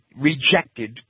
rejected